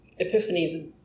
epiphanies